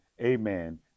amen